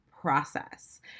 process